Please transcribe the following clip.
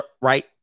right